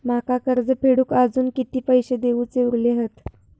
माका कर्ज फेडूक आजुन किती पैशे देऊचे उरले हत?